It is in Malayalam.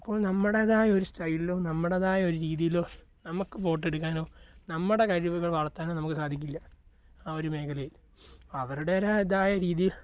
അപ്പോൾ നമ്മുടേതായൊരു സ്റ്റൈലിലോ നമ്മുടേതായ ഒരു രീതിയിലോ നമുക്ക് ഫോട്ടോ എടുക്കാനോ നമ്മുടെ കഴിവുകൾ വളർത്താനോ നമുക്ക് സാധിക്കില്ല ആ ഒരു മേഖലയിൽ അവരുടേതായ രീതിയിൽ